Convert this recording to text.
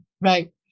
Right